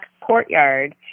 courtyard